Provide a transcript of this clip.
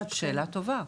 שאלה טובה.